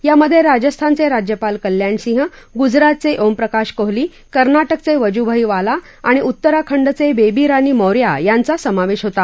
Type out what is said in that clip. यामधजिजस्थानचजिज्यपाल कल्याण सिंह गुजरातचओमप्रकाश कोहली कर्नाटकचविजूभाई वाला आणि उत्तरांखंडचबित्त रानी मौर्या यांचा समावशीहोता